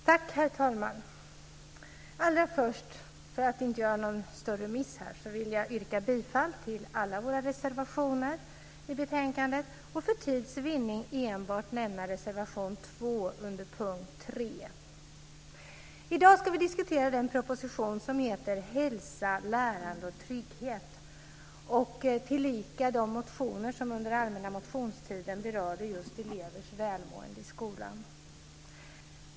Herr talman! Jag står bakom alla våra reservationer i betänkandet, men för tids vinnande yrkar jag bifall endast till reservation 2 under punkt 3. I dag ska vi diskutera den proposition som heter Hälsa, lärande och trygghet tillika de motioner från allmänna motionstiden som berör just elevers välmående i skolan.